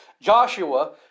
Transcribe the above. Joshua